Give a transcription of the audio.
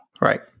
Right